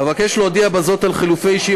אבקש להודיע בזאת על חילופי אישים